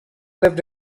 lived